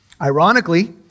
Ironically